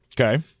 Okay